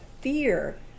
fear